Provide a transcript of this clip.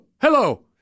Hello